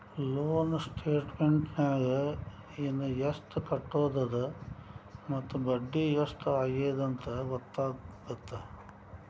loan ಸ್ಟೇಟಮೆಂಟ್ನ್ಯಾಗ ಇನ ಎಷ್ಟ್ ಕಟ್ಟೋದದ ಮತ್ತ ಬಡ್ಡಿ ಎಷ್ಟ್ ಆಗ್ಯದಂತ ಗೊತ್ತಾಗತ್ತ